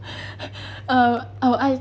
uh oh I